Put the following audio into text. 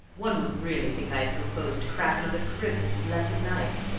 one would really think i had proposed to crack another crib this blessed night!